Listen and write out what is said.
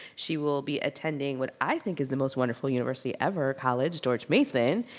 she will be attending what i think is the most wonderful university ever, college, george mason.